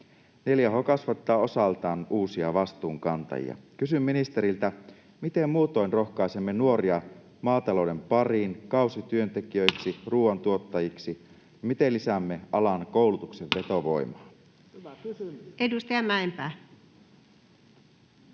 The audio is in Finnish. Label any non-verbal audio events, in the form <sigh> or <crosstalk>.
4H kasvattaa osaltaan uusia vastuunkantajia. Kysyn ministeriltä: Miten muutoin rohkaisemme nuoria maatalouden pariin, kausityöntekijöiksi, <noise> ruoantuottajiksi? Miten lisäämme alan koulutuksen vetovoimaa? Edustaja Mäenpää.